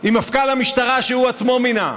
אם מפכ"ל המשטרה שהוא עצמו מינה,